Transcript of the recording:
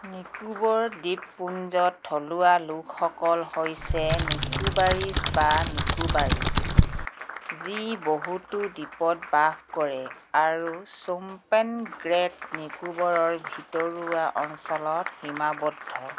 নিকোবৰ দ্বীপপুঞ্জত থলুৱা লোকসকল হৈছে নিকোবাৰিজ বা নিকোবাৰী যি বহুতো দ্বীপত বাস কৰে আৰু শ্বোমপেন গ্ৰেট নিকোবৰৰ ভিতৰুৱা অঞ্চলত সীমাবদ্ধ